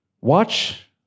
watch